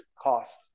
cost